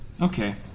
Okay